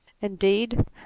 Indeed